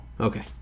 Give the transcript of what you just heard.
Okay